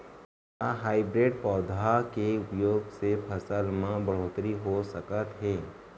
का हाइब्रिड पौधा के उपयोग से फसल म बढ़होत्तरी हो सकत हे?